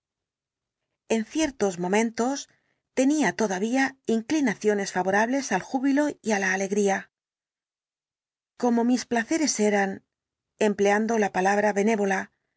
en ciertos momentos tenía todavía inclinaciones favorables al júbilo y á la alegría como mis placeres eran empleando la palabra más benévola deshonestos y